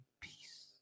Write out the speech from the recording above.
Peace